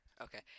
Okay